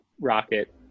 rocket